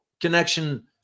connection